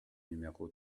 numéro